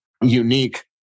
unique